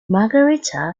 margarita